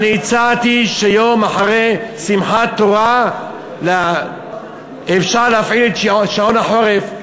אני הצעתי שיום אחרי שמחת תורה אפשר להפעיל את שעון החורף.